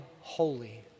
holy